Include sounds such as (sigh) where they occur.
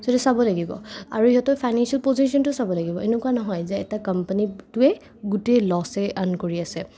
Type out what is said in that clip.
(unintelligible) চাব লাগিব আৰু সিহঁতৰ ফাইনেঞ্চিয়েল পজিশ্যনটো চাব লাগিব এনেকুৱা নহয় যে এটা কোম্পেনীটোৱে গোটেই ল'চেই আৰ্ণ কৰি আছে